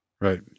Right